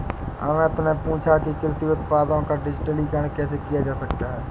अमित ने पूछा कि कृषि उत्पादों का डिजिटलीकरण कैसे किया जा सकता है?